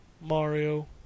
Mario